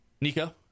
Nico